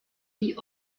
die